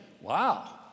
wow